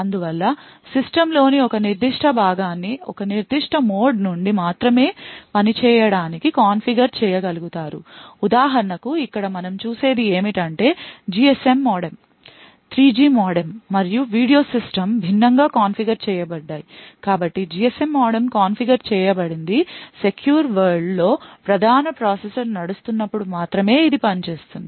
అందువల్ల సిస్టమ్లోని ఒక నిర్దిష్ట భాగాన్ని ఒక నిర్దిష్ట మోడ్నుండి మాత్రమే పనిచేయడానికి కాన్ఫిగర్ చేయగలుగుతారు ఉదాహరణకు ఇక్కడ మనం చూసేది ఏమిటంటే GSM మోడెమ్ 3G మోడెమ్ మరియు మీడియా సిస్టమ్ భిన్నంగా కాన్ఫిగర్ చేయబడ్డాయి కాబట్టి GSM మోడెమ్ కాన్ఫిగర్ చేయబడింది సెక్యూర్ వరల్డ్ లో ప్రధాన ప్రాసెసర్ నడుస్తున్నప్పుడు మాత్రమే ఇది పనిచేస్తుంది